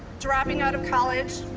dropping out of college,